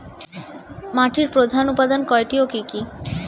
মাটির প্রধান উপাদান কয়টি ও কি কি?